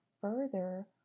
further